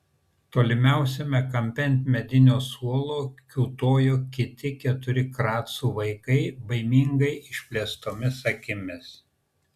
tolimiausiame kampe ant medinio suolo kiūtojo kiti keturi kracų vaikai baimingai išplėstomis akimis